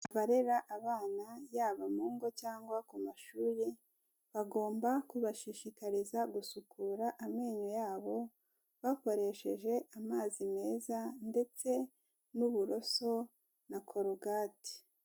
Barera abana, yaba mu ngo cyangwa ku mashuri, bagomba kubashishikariza gusukura amenyo yabo, bakoresheje amazi meza ndetse n'uburoso na korogati.